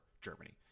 Germany